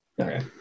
Okay